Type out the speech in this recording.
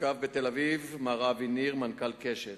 הותקף בתל-אביב מר אבי ניר, מנכ"ל "קשת".